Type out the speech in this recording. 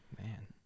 Man